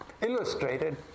illustrated